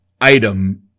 item